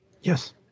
Yes